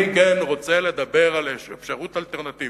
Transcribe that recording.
כן, אני רוצה לדבר על אפשרות אלטרנטיבית.